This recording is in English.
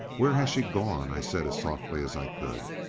where has she gone? i said as softly as i could.